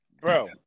Bro